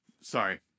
sorry